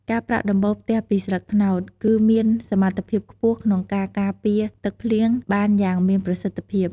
ការប្រក់ដំបូលផ្ទះពីស្លឹកត្នោត គឺមានសមត្ថភាពខ្ពស់ក្នុងការការពារទឹកភ្លៀងបានយ៉ាងមានប្រសិទ្ធភាព។